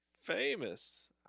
Famous